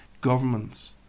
governments